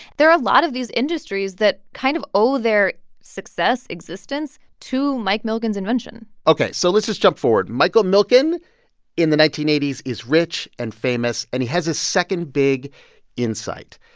there are a lot of these industries that kind of owe their success, existence, to mike milken's invention ok, so let's just jump forward. michael milken in the nineteen eighty s is rich and famous, and he has a second big insight.